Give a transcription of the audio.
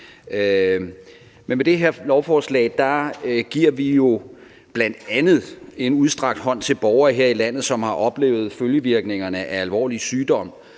med det her lovforslag giver vi bl.a. en udstrakt hånd til borgere her i landet, som har oplevet følgevirkningerne af alvorlig sygdom,